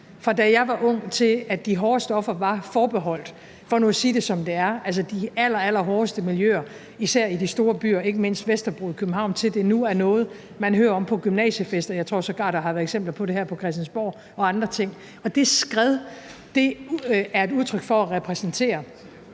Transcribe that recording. fra jeg var ung, hvor de hårde stoffer var forbeholdt, for nu at sige det, som det er, de allerallerhårdeste miljøer især i de store byer og ikke mindst Vesterbro i København, til, at det nu er noget, man hører om på gymnasiefester. Jeg tror sågar, der har været eksempler på det her på Christiansborg og andre ting. Det skred, som det er et udtryk for og repræsenterer,